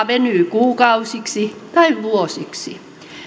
venyy kuukausiksi tai vuosiksi